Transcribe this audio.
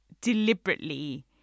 deliberately